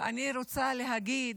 אני רוצה להגיד,